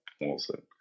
Wilson